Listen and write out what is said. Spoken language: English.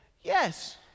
Yes